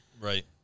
Right